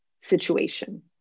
situation